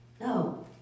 No